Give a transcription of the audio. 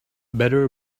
better